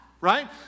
right